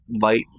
light